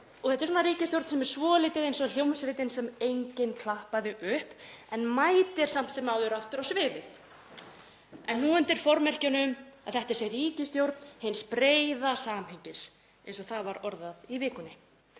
Þetta er svona ríkisstjórn sem er svolítið eins og hljómsveitin sem enginn klappaði upp en mætir samt sem áður aftur á sviðið en nú undir þeim formerkjum að þetta sé ríkisstjórn hins breiða samhengis, eins og það var orðað í vikunni.